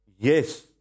Yes